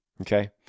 Okay